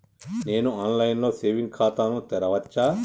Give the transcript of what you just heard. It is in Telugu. నేను ఆన్ లైన్ లో సేవింగ్ ఖాతా ను తెరవచ్చా?